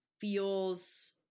feels